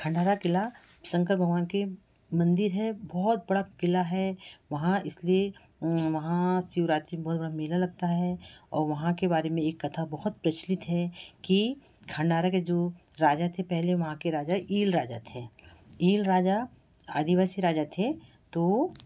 खंडारा किला शंकर भगवान का मंदिर है बहुत बड़ा किला है वहाँ इसलिए वहाँ शिवरात्री में बहुत बड़ा मेला लगता है और वहाँ के बारे में एक कथा बहुत प्रचलित है कि खंडारा के जो राजा थे पहले वहाँ के राजा ईल राजा थे ईल राजा आदिवासी राजा थे तो